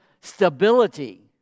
stability